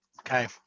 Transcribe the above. okay